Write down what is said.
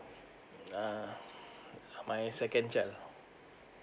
ah my second child